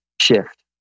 shift